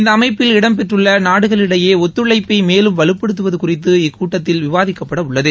இந்த அமைப்பில் இடம் பெற்றுள்ள நாடுகள் இடையே ஒத்துழைப்படை மேலும் வலுப்படுத்துவது குறித்து இக்கூட்டத்தில் விவாதிக்கப்பட உள்ளது